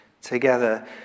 together